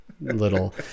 little